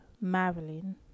Marilyn